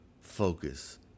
focus